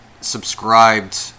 subscribed